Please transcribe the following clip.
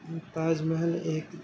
تاج محل ایک